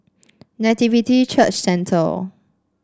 Nativity Church Centre